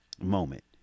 moment